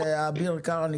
אביר קארה,